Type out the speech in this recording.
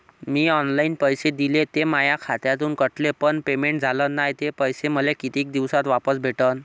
मीन online पैसे दिले, ते माया खात्यातून कटले, पण पेमेंट झाल नायं, ते पैसे मले कितीक दिवसात वापस भेटन?